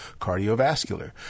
cardiovascular